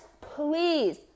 please